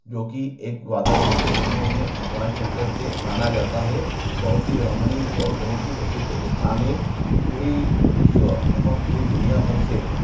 जोकि एक द्वादश ज्योतिर्लिंगों में भगवान शंकर के माना जाता है बहुत ही रमणीय और बहुत प्रसिद्ध स्थान है पूरी विश्व एवं पूरी दुनिया भर से